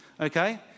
Okay